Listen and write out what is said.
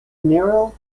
narrow